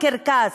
לקרקס.